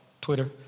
Twitter